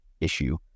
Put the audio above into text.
issue